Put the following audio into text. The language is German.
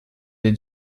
den